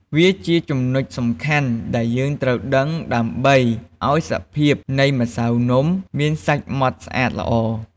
វាជាចំណុចសំខាន់ដែលយើងត្រូវដឹង ដើម្បីឱ្យសភាពនៃម្សៅនំមានសាច់ម៉ដ្ឋស្អាតល្អ។